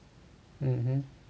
mmhmm